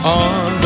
on